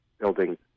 building